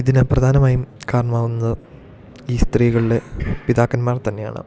ഇതിന് പ്രധാനമായും കാരണമാകുന്നത് ഈ സ്ത്രീകളുടെ പിതാക്കന്മാർ തന്നെയാണ്